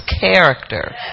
character